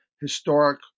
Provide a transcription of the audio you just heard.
historic